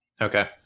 Okay